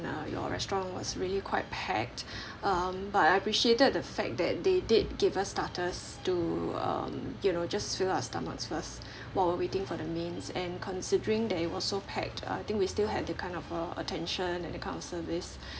uh your restaurant was really quite packed um but I appreciated the fact that they did give us starters to um you know just fill our stomach first while we waiting for the main and considering that it was so packed uh I think we still had that kind of uh attention and that kind of service